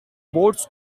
bots